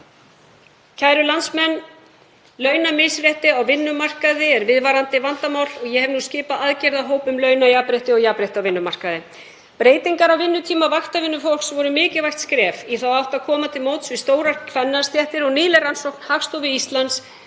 Kæru landsmenn. Launamisrétti á vinnumarkaði er viðvarandi vandamál og ég hef skipað aðgerðahóp um launajafnrétti og jafnrétti á vinnumarkaði. Breytingar á vinnutíma vaktavinnufólks voru mikilvægt skref í þá átt að koma til móts við stórar kvennastéttir og nýleg rannsókn Hagstofu Íslands